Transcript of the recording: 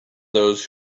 those